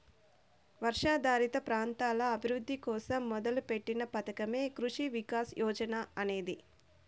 వర్షాధారిత ప్రాంతాల అభివృద్ధి కోసం మొదలుపెట్టిన పథకమే కృషి వికాస్ యోజన అనేది